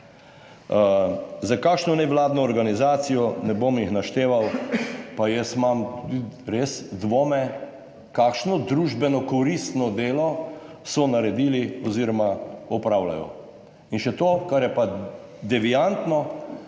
Za kakšno nevladno organizacijo, ne bom jih našteval, pa jaz imam tudi res dvome, kakšno družbeno koristno delo so naredili oziroma opravljajo. In še to, kar je pa deviantno,